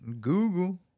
Google